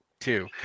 Two